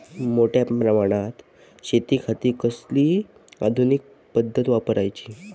मोठ्या प्रमानात शेतिखाती कसली आधूनिक पद्धत वापराची?